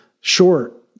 short